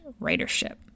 writership